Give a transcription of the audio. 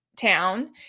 town